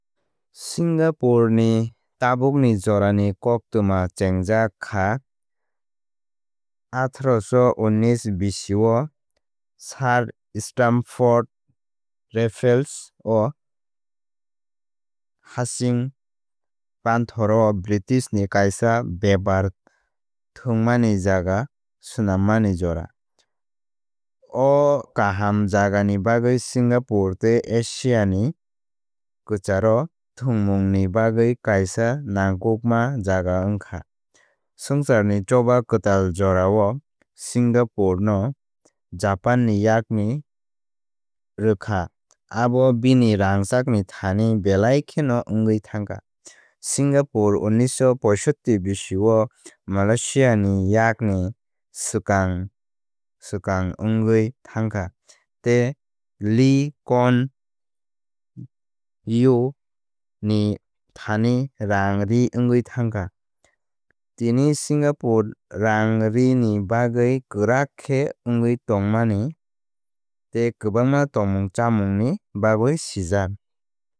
Singapore ni tabukni jorani koktwma chengjak kha atharoso unnish bisi o. Sir Stamford Raffles o hasing panthor o british ni kaisa bepar thwngmani jaga swnammani jora. O kaham jagani bagwi Singapore tei Asiani kwcharo thwngmungni bagwi kaisa nangkukma jaga wngkha. Swngcharni Choba Kwtal jorao Singapore no Japan ni yakni rwkha abo bini rangchakni thani belai kheno wngwi thangkha. Singapore unnisho poishoti bisio Malaysiani yakni swkang swkang wngwi thangkha tei Lee Kuan Yew ni thani rangri wngwi thangkha. Tini Singapore rangrini bagwi kwrak khe wngwi tongmani tei kwbangma tongmungchamungni bagwi sijak.